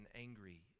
angry